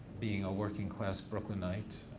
being a working class brooklynite,